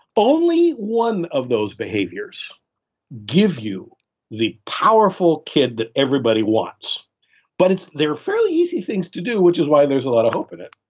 only one of those behaviors give you the powerful kid that everybody wants but they're fairly easy things to do which is why there's a lot of hope in it.